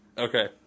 Okay